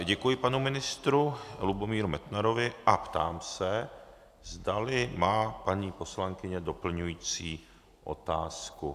Děkuji panu ministru Lubomíru Metnarovi a ptám se, zdali má paní poslankyně doplňující otázku.